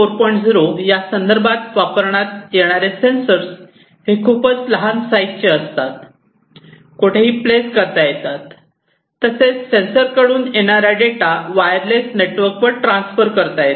0 यासंदर्भात वापरात येणारे सेन्सर्स हे खूपच लहान साईजचे असतात कोठेही प्लेस करता येतात तसेच सेन्सर्स कडून येणारा डेटा वायरलेस नेटवर्कवर ट्रांसफ़र करता येतो